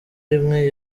rimwe